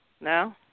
No